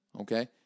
Okay